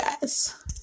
guys